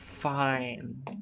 Fine